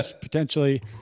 potentially